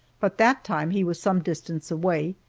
but that time he was some distance away,